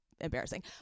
embarrassing